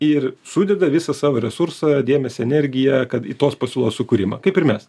ir sudeda visą savo resursą dėmesį energiją kad į tos pasiūlos sukūrimą kaip ir mes